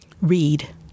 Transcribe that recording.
Read